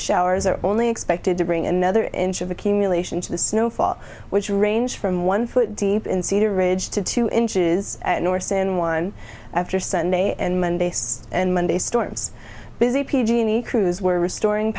showers are only expected to bring another inch of accumulation to the snowfall which range from one foot deep in cedar ridge to two inches north in one after sunday and monday and monday storms busy p g and e crews were restoring